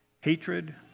hatred